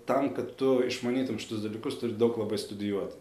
tam kad tu išmanytum šitus dalykus turi daug labai studijuoti